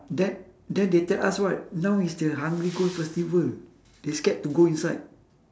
then then they tell us what now is the hungry ghost festival they scared to go inside